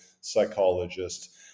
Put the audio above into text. psychologist